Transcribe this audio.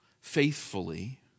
faithfully